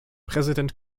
präsident